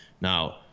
Now